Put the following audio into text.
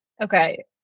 Okay